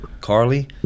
Carly